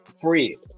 free